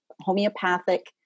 homeopathic